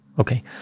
okay